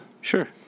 sure